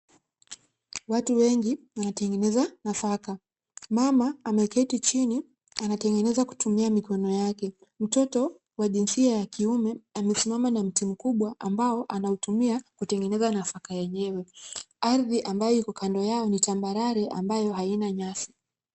Watu wengi wanatengeza nafaka. Mama ameketi chini anatengeneza kutumia mikono yake. Mtoto wa jinsia ya kiume amesimama na mti mkubwa ambao anautumia kutengeneza nafaka yenyewe. Ardhi ambayo iko kando yao ni tambarare ambayo haina nyasi.